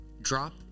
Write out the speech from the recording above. drop